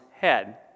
head